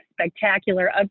spectacular